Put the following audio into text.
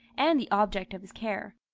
and the object of his care.